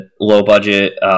low-budget